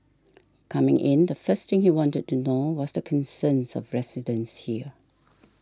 coming in the first thing he wanted to know was the concerns of residents here